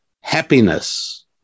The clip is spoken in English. Happiness